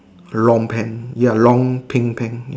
long pants ya long pink pant